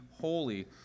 holy